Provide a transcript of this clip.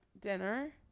dinner